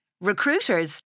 Recruiters